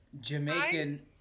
jamaican